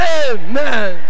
amen